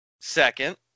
Second